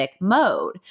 mode